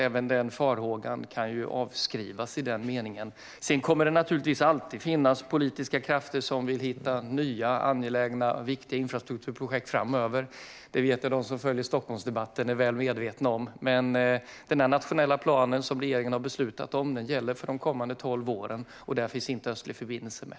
Även den farhågan kan avskrivas i den meningen. Sedan kommer det alltid att finnas politiska krafter som vill hitta nya angelägna och viktiga infrastrukturprojekt framöver. Det är de som följer Stockholmsdebatten väl medvetna om. Den nationella plan som regeringen har beslutat om gäller för de kommande tolv åren, och där finns inte Östlig förbindelse med.